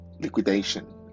liquidation